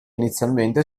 inizialmente